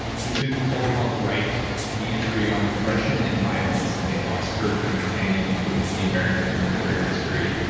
he's been called upon to write the entry on aggression and violence in the oxford companion to ah the american military history,